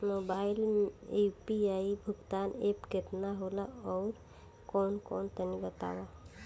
Mobile म UPI भुगतान app केतना होला आउरकौन कौन तनि बतावा?